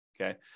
Okay